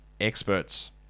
experts